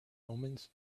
omens